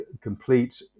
complete